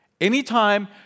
Anytime